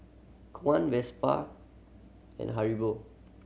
Kwan Vespa and Haribo